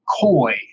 koi